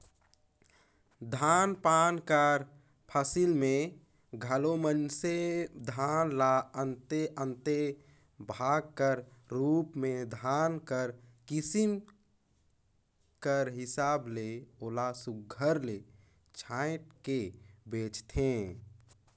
धान पान कर फसिल में घलो मइनसे धान ल अन्ते अन्ते भाग कर रूप में धान कर किसिम कर हिसाब ले ओला सुग्घर ले छांएट के बेंचथें